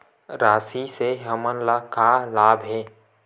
राशि से हमन ला का लाभ हे?